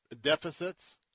deficits